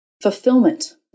fulfillment